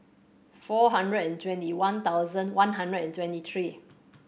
four hundred and twenty one thousand one hundred and twenty three